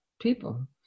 people